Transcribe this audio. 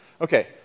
Okay